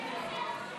לפני שנתחיל להצביע,